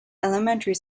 elementary